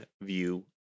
view